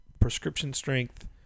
prescription-strength